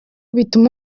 bituma